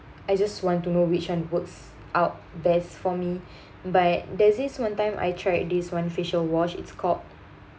I just want to know which one works out best for me but there's this one time I tried this one facial wash it's called